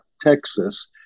Texas